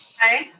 aye.